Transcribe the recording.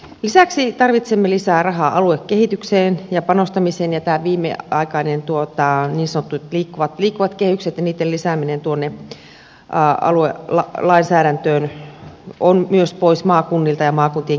lisäksi tarvitsemme lisää rahaa aluekehitykseen ja panostamiseen ja nämä viimeaikaiset niin sanotut liikkuvat kehykset ja niitten lisääminen aluelainsäädäntöön on myös pois maakunnilta ja maakuntien kehittämisestä